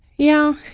yeah.